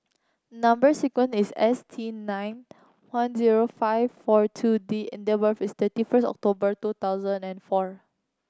number sequence is S T nine one zero five four two D and date of birth is thirty first October two thousand and four